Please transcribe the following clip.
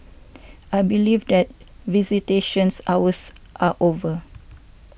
I believe that visitation hours are over